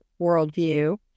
worldview